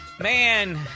Man